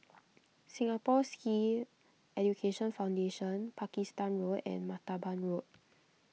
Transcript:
Singapore Sikh Education Foundation Pakistan Road and Martaban Road